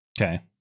Okay